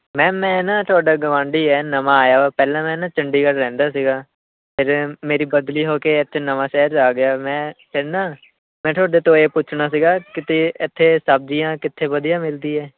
ma'am ਮੈਂ ਨਾ ਤੁਹਾਡਾ ਗਆਂਢੀ ਨਵਾਂ ਆਇਆ ਪਹਿਲਾਂ ਮੈਂ ਨਾ ਚੰਡੀਗੜ੍ਹ ਰਹਿੰਦਾ ਸੀਗਾ ਫਿਰ ਮੇਰੀ ਬਦਲੀ ਹੋ ਕੇ ਇੱਥੇ ਨਵਾਂ ਸ਼ਹਿਰ ਆ ਗਿਆ ਮੈਂ ਕਹਿੰਦਾ ਮੈਂ ਤੁਹਾਡੇ ਤੋਂ ਇਹ ਪੁੱਛਣਾ ਸੀਗਾ ਕਿਤੇ ਇੱਥੇ ਸਬਜ਼ੀਆਂ ਕਿੱਥੇ ਵਧੀਆ ਮਿਲਦੀ ਹੈ